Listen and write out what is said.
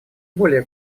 более